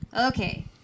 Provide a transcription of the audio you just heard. Okay